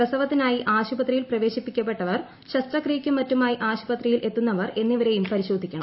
പ്രസവത്തിനായി ആശ്രുഷ്ട്രതിയിൽ പ്രവേശിപ്പിക്ക പ്പെട്ടവർ ശസ്ത്രക്രിയക്കും മറ്റുമായി ആൾട്ട്പത്രിയിൽ എത്തുന്നവർ എന്നിവരെയും പരിശോധിക്കണം